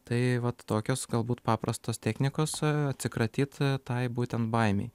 tai vat tokios galbūt paprastos technikos atsikratyt tai būtent baimei